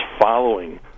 following